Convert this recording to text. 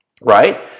Right